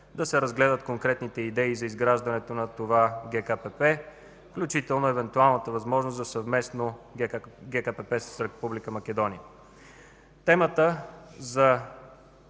да се разгледат конкретните идеи за изграждането на това ГКПП, включително евентуалната възможност за съвместно ГКПП с Република Македония. Темата за